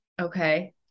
Okay